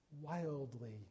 wildly